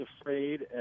afraid